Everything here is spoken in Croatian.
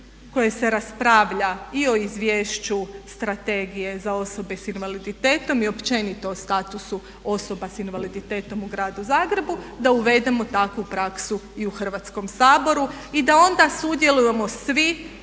kojoj se raspravlja i o izvješću strategije za osobe s invaliditetom i općenito o statusu osoba s invaliditetom u gradu zagrebu da uvedemo takvu praksu i u Hrvatskom saboru i da onda sudjelujemo svi